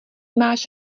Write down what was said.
máš